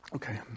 Okay